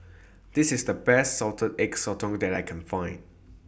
This IS The Best Salted Egg Sotong that I Can Find